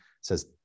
says